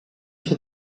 for